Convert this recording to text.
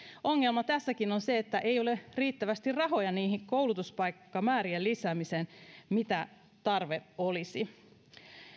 ongelma tässäkin on se että ei ole riittävästi rahoja koulutuspaikkamäärien lisäämiseen ei sitä mikä tarve olisi